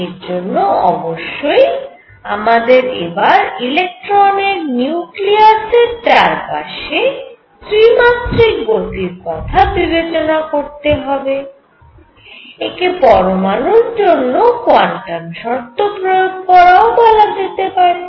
এর জন্য অবশ্যই আমাদের এবার ইলেকট্রনের নিউক্লিয়াসের চার পাশে ত্রিমাত্রিক গতির কথা বিবেচনা করতে হবে একে পরমাণুর জন্য কোয়ান্টাম শর্ত প্রয়োগ করাও বলা যেতে পারে